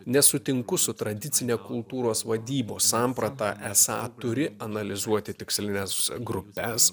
nesutinku su tradicine kultūros vadybos samprata esą turi analizuoti tikslines grupes